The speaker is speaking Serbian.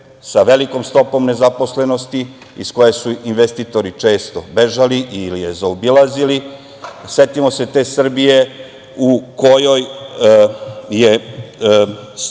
sa velikom stopom nezaposlenosti, iz koje su investitori često bežali ili je zaobilazili. Setimo se te Srbije u kojoj je stopa